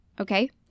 Okay